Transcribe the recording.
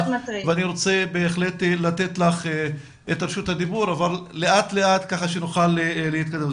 ואני רוצה לתת לך את רשות הדיבור אבל לאט לאט כדי שנוכל להתקדם.